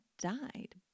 died